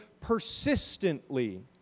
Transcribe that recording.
persistently